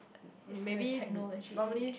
maybe normally